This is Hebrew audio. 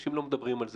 אנשים לא מדברים על זה,